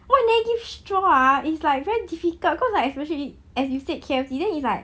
why they never give straw ah is like very difficult because like especially as you said K_F_C then it's like